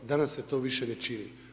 Danas se to više ne čini.